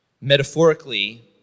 metaphorically